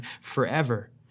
forever